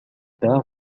tard